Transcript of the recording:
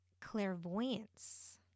clairvoyance